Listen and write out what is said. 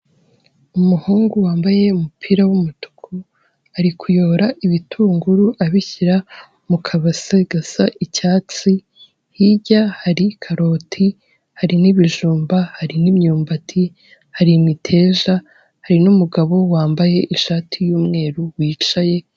Umuhungu wambaye umupira w'umutuku, ari kuyora ibitunguru, abishyira mu kabase gasa icyatsi, hirya hari karoti, hari n'ibijumba, hari n'imyumbati, hari imiteja, hari n'umugabo wambaye ishati y'umweru wicaye.